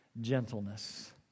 gentleness